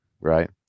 Right